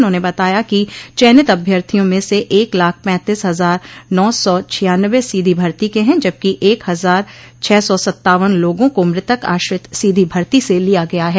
उन्होंने बताया कि चयनित अभ्यर्थियों में से एक लाख पैंतीस हजार नौ सौ छियानवे सीधी भर्ती के हैं जबकि एक हजार छह सौ सत्तावन लोगों को मृतक आश्रित सीधी भर्ती से लिया गया है